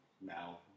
now